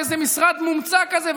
באיזה משרד מומצא כזה,